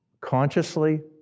Consciously